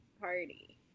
party